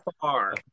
far